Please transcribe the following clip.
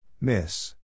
Miss